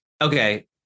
okay